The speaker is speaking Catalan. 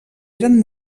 eren